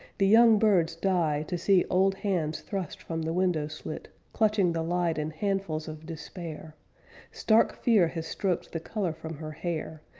the young birds die to see old hands thrust from the window-slit, clutching the light in handfuls of despair stark fear has stroked the color from her hair,